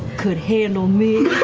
could handle me.